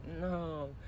no